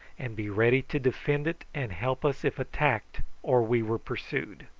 and be ready to defend it and help us if attacked or we were pursued.